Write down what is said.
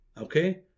Okay